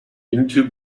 into